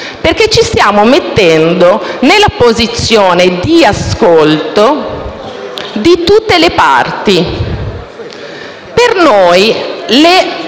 e ci stiamo mettendo nella posizione di ascolto di tutte le parti. Per noi